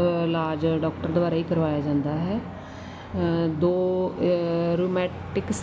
ਇਲਾਜ ਡਾਕਟਰ ਦੁਆਰਾ ਹੀ ਕਰਵਾਇਆ ਜਾਂਦਾ ਹੈ ਦੋ ਰੋਮੈਟਿਕਸ